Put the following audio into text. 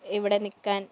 ഇവിടെ നിൽക്കാൻ